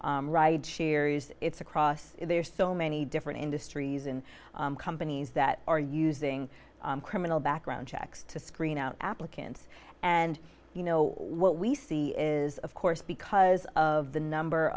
cheeriest it's across there's so many different industries and companies that are using criminal background checks to screen out applicants and you know what we see is of course because of the number